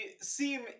seem